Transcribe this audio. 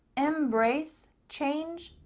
embrace, change,